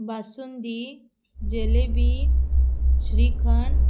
basundi jalebi shrikhand